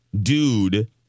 dude